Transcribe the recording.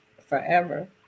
forever